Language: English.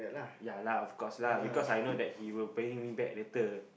ya lah of course lah because I know that he will be paying me back later